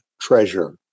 treasure